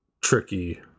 tricky